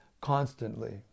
constantly